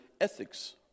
ethics